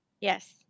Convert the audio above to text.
Yes